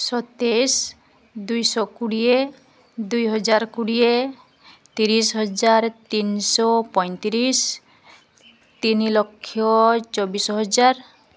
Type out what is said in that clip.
ସତେଇଶ ଦୁଇଶହ କୋଡ଼ିଏ ଦୁଇ ହଜାର କୋଡ଼ିଏ ତିରିଶ ହଜାର ତିନିଶହ ପଞ୍ଚତିରିଶ ତିନି ଲକ୍ଷ ଚବିଶ ହଜାର